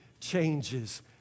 changes